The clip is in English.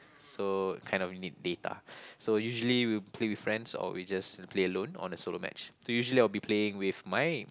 so kind of need data so usually we'll play with friends or we just play alone on a solo match so usually I'll be playing with my